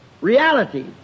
Reality